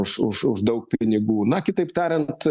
už už už daug pinigų na kitaip tariant